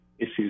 issues